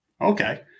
Okay